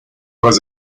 was